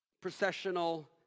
processional